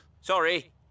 Sorry